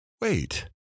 Wait